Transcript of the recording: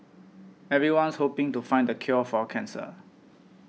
everyone's hoping to find the cure for cancer